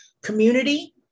community